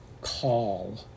call